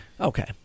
Okay